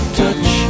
touch